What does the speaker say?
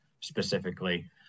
specifically